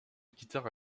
quittèrent